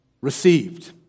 received